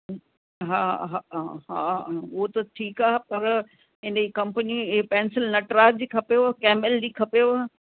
हा हा हा उहो त ठीकु आहे पर इन कंपनी पैंसिल नटराज जी खपेव कैमिल जी खपेव